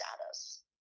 status